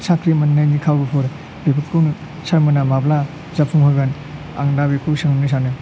साख्रि मोननायनि खाबुफोर बेफोरखौनो सारमोनहा माब्ला जाफुंहोगोन आं दा बेखौ सोंनो सानो